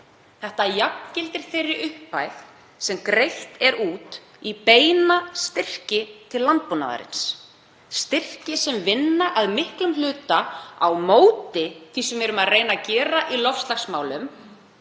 Það jafngildir þeirri upphæð sem greidd er út í beina styrki til landbúnaðarins, styrki sem vinna að miklum hluta á móti því sem við erum að reyna að gera í loftslagsmálum